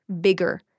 bigger